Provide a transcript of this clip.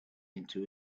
into